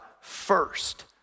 first